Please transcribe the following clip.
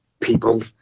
people